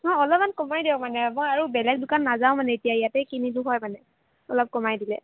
নহয় অলপমান কমাই দিয়ক মানে মই আৰু বেলেগে দোকান নাযাওঁ মানে ইয়াতেই কিনিলোঁ হয় মানে অলপ কমাই দিলে